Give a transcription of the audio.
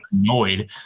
annoyed